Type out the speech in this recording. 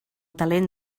talent